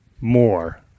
more